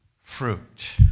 fruit